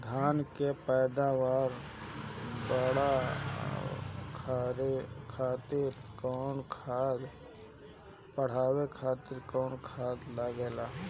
धान के पैदावार बढ़ावे खातिर कौन खाद लागेला?